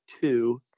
two